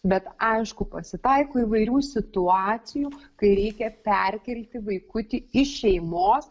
bet aišku pasitaiko įvairių situacijų kai reikia perkelti vaikutį iš šeimos